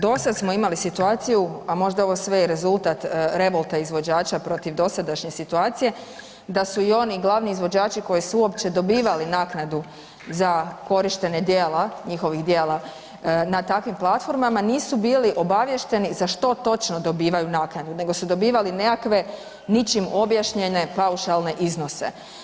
Do sad smo imali situaciju, a možda ovo sve je rezultat revolta izvođača protiv dosadašnje situacije da su i oni glavni izvođači koji su uopće dobivali naknadu za korištenje djela, njihovih djela na takvim platformama nisu bili obaviješteni za što točno dobivaju naknadu nego su dobivali nekakve ničim objašnjene paušalne iznose.